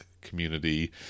community